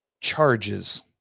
charges